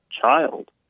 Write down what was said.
child